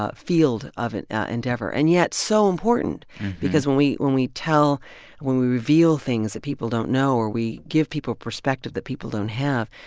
ah field of and endeavor, and yet, so important because when we when we tell when we reveal things that people don't know or we give people perspective that people don't have,